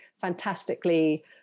fantastically